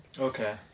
Okay